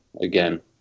again